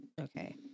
Okay